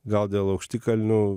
gal dėl aukštikalnių